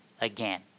again